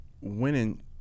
winning